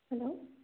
hello